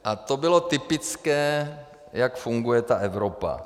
A to bylo typické, jak funguje ta Evropa.